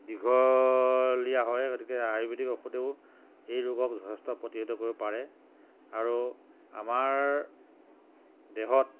দীঘলীয়া হয় গতিকে আয়ুৰ্বেদিক ঔষধেও এই ৰোগক যথেষ্ট প্ৰতিৰোধ কৰিব পাৰে আৰু আমাৰ দেহত